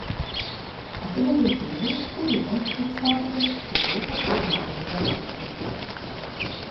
atidavė kirvį kuriuo kaip sakė su tėvu užmušinėjo triušius